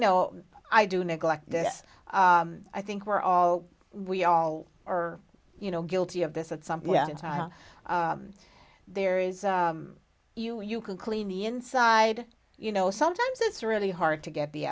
know i do neglect this i think we're all we all are you know guilty of this at some point in time there is you you can clean the inside you know sometimes it's really hard to get the